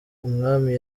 umwami